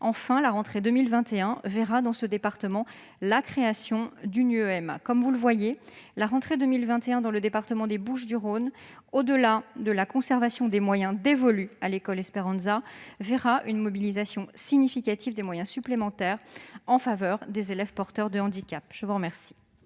Enfin, la rentrée 2021 verra dans ce département la création d'une UEMA. Vous le voyez, madame la sénatrice, la rentrée 2021 dans le département des Bouches-du-Rhône, au-delà de la conservation des moyens dévolus à l'école Esperanza, verra une mobilisation significative de moyens supplémentaires en faveur des élèves porteurs d'un handicap. La parole